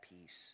peace